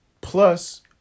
plus